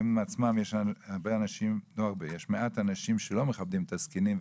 עצמם יש מעט אנשים שלא מכבדים את הזקנים,